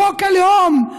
חוק הלאום,